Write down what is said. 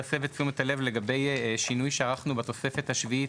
להסב את סיום את הלב לגבי שינוי שערכנו בתוספת השביעית,